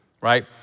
right